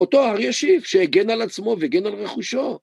אותו הר ישיב שהגן על עצמו והגן על רכושו.